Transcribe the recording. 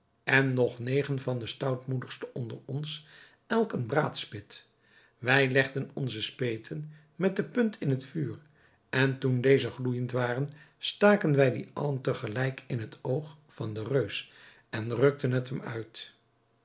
en nog negen van de stoutmoedigsten onder ons elk een braadspit wij legden onze speten met de punt in het vuur en toen deze gloeijend waren staken wij die allen te gelijk in het oog van den reus en rukten het hem uit